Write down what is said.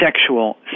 sexual